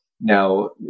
now